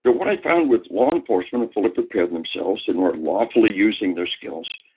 but what i found with law enforcement who fully prepared themselves and were lawfully using their skills,